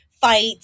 fight